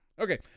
Okay